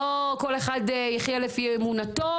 לא כול אחד יחיה לפי אמונתו